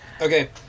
Okay